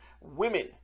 women